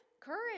courage